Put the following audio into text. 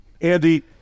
Andy